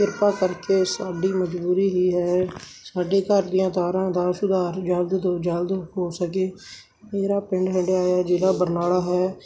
ਕਿਰਪਾ ਕਰਕੇ ਸਾਡੀ ਮਜਬੂਰੀ ਹੀ ਹੈ ਸਾਡੇ ਘਰ ਦੀਆਂ ਤਾਰਾਂ ਦਾ ਸੁਧਾਰ ਜਲਦ ਹੋ ਸਕੇ ਮੇਰਾ ਪਿੰਡ ਹੰਢਿਆਇਆ ਜ਼ਿਲ੍ਹਾ ਬਰਨਾਲਾ ਹੈ